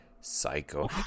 Psycho